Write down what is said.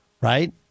Right